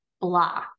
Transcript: blah